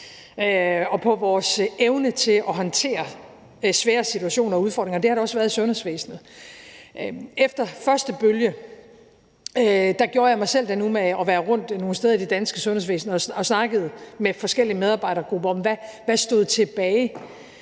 og på vores evne til at håndtere svære situationer og udfordringer, og det har der også været i sundhedsvæsenet. Efter første bølge gjorde jeg mig selv den umage at være rundt nogle steder i det danske sundhedsvæsen og snakke med forskellige medarbejdergrupper om, hvad der stod tilbage,